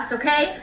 okay